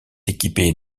équipée